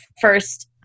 first